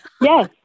Yes